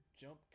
jump